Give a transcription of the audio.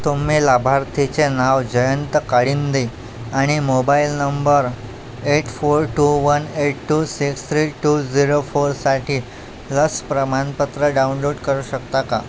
तुम्ही लाभार्थीचे नाव जयंत काडींदे आणि mobile number eight four two one eight two six three two zero फोरसाठी लस प्रमाणपत्र डाउनलोड करू शकता का